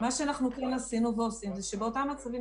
מה שאנחנו כן עשינו ועושים זה שבאותם מצבים